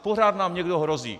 Pořád nám někdo hrozí.